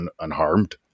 unharmed